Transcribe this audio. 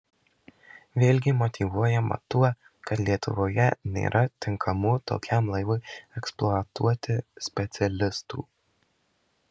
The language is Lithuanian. vėlgi motyvuojama tuo kad lietuvoje nėra tinkamų tokiam laivui eksploatuoti specialistų